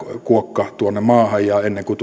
kuokka maahan ja ennen kuin